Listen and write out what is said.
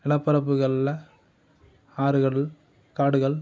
நிலப்பரப்புகளில் ஆறுகளும் காடுகள்